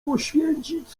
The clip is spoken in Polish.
poświęcić